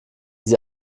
sie